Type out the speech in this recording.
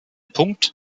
punkt